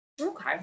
Okay